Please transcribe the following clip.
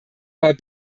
aber